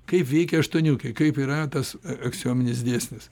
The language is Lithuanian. kaip veikia aštuoniukė kaip yra tas aksiominis dėsnis